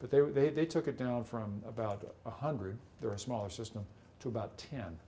but they were they they took it down from about one hundred they're a smaller system to about ten